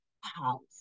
house